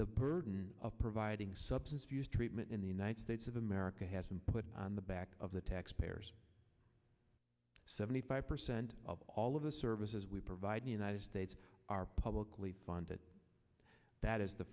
the burden of providing substance abuse treatment in the united states of america has been put on the back of the taxpayers seventy five percent of all of the services we provide the united states are publicly funded that is the